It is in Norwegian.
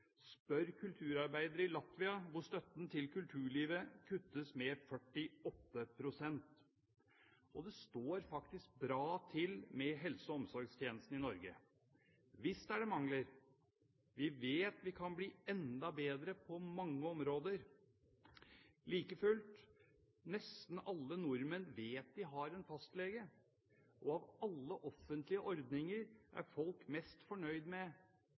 spør kulturarbeidere i Latvia, der støtten til kulturlivet kuttes med 48 pst. Og det står faktisk bra til med helse- og omsorgstjenestene i Norge. Visst er det mangler. Vi vet vi kan bli enda bedre på mange områder. Like fullt: Nesten alle nordmenn vet de har en fastlege, og av alle offentlige ordninger er folk mest fornøyd med